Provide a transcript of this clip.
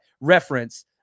reference